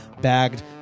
bagged